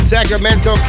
Sacramento